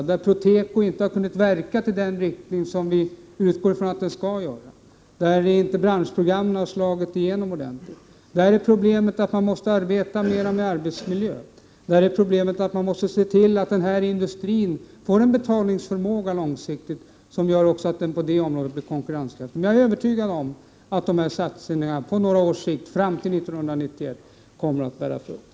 Där har Proteko inte kunnat verka på det sätt som vi har hoppats på. Branschprogrammen har inte slagit igenom ordentligt. Man måste arbeta mera med arbetsmiljöfrågorna och se till att den här industrin långsiktigt får en betalningsförmåga som gör att den blir konkurrenskraftig. Jag är övertygad om att dessa satsningar på några års sikt, fram till 1991, kommer att bära frukt.